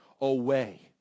away